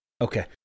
Okay